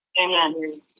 Amen